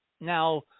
now